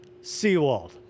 Seawald